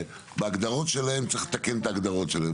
בהגדרות שלהם צריך לתקן את ההגדרות שלהם.